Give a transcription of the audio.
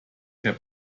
her